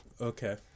okay